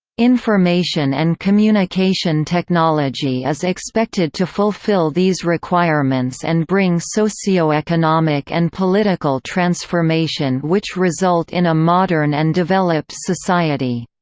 information and communication technology is expected to fulfill these requirements and bring socio-economic and political transformation which result in a modern and developed society.